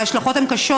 ההשלכות הן קשות,